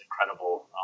incredible